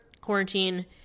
quarantine